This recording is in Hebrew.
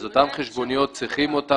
אין חולק על כך שאת אותן חשבוניות צריכים לקבל.